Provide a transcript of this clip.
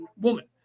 woman